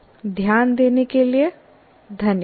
ध्यान देने के लिये धन्यवाद